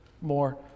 more